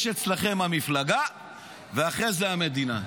יש אצלכם המפלגה ואחרי זה המדינה.